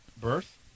Birth